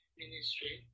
ministry